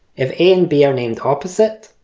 if a and b are named opposite,